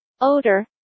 odor